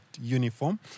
uniform